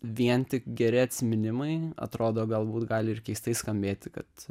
vien tik geri atsiminimai atrodo galbūt gali ir keistai skambėti kad